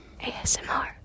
ASMR